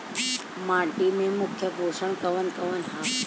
माटी में मुख्य पोषक कवन कवन ह?